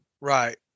Right